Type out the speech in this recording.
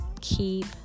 Keep